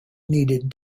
needed